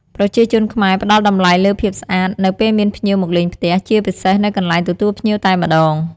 ប្រជាជនខ្មែរផ្ដល់តម្លៃលើភាពស្អាត នៅពេលមានភ្ញៀវមកលេងផ្ទះ ជាពិសេសនៅកន្លែងទទួលភ្ញៀវតែម្ដង។